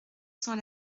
sans